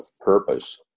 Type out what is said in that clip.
purpose